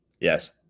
yes